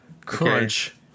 Crunch